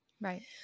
Right